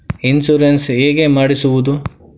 Insurance ಹೇಗೆ ಮಾಡಿಸುವುದು?